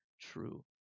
true